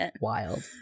wild